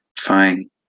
Fine